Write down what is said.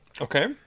Okay